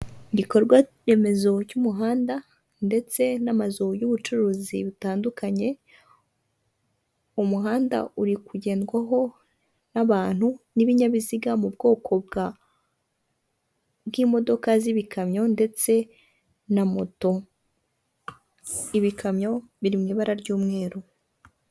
Igikorwaremezo cy'umuhanda ndetse n'amazu y'ubucuruzi butandukanye, umuhanda uri kugendwaho n'abantu n'ibinyabiziga mu bwoko bw'imodoka z'ibikamyo ndetse na moto, ibikamyo biri mu ibara ry'umweru.